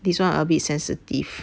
this one a bit sensitive